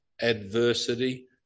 adversity